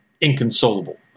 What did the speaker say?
inconsolable